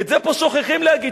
את זה פה שוכחים להגיד.